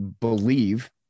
believe